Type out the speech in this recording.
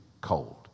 cold